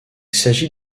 s’agit